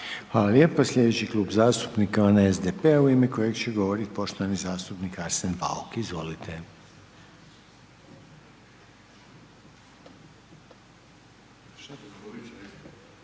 Hvala lijepa. I sljedeći Klub zastupnika je onaj SDP-a u ime kojeg će govoriti poštovani zastupnik Arsen Bauk. Izvolite.